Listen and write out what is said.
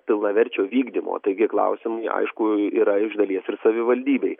pilnaverčio vykdymo taigi klausimai aišku yra iš dalies ir savivaldybei